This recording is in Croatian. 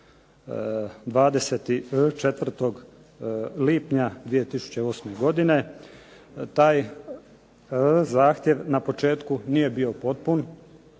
24. lipnja 2008. godine. Taj zahtjev na početku nije bio potpun.